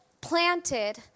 planted